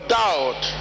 doubt